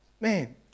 Man